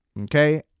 okay